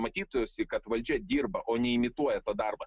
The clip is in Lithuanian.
matytųsi kad valdžia dirba o ne imituoja tą darbą